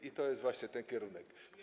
I to jest właśnie ten kierunek.